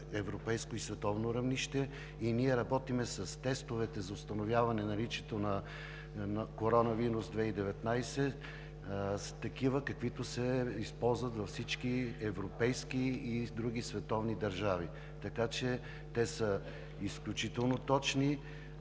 европейско и световно равнище и ние работим с тестовете за установяване наличието на коронавирус 2019 – такива, каквито се използват във всички европейски и други световни държави. Така че те са изключително точни